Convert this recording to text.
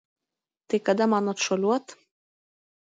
tai kada man atšuoliuot